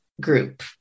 group